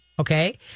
Okay